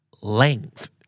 length